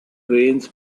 trains